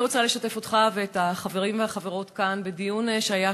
אני רוצה לשתף אותך ואת החברים והחברות כאן בדיון שהיה